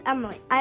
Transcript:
Emily